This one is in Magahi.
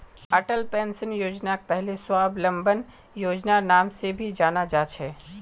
अटल पेंशन योजनाक पहले स्वाबलंबन योजनार नाम से भी जाना जा छे